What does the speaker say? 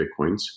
Bitcoins